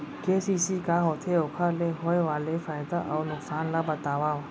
KCC का होथे, ओखर ले होय वाले फायदा अऊ नुकसान ला बतावव?